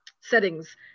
settings